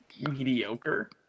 mediocre